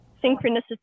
synchronous